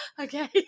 Okay